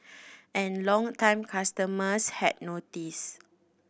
and longtime customers had noticed